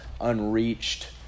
unreached